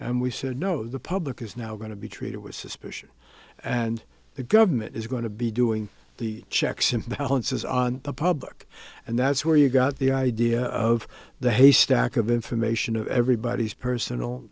and we said no the public is now going to be treated with suspicion and the government is going to be doing the checks and balances on the public and that's where you got the idea of the haystack of information of everybody's personal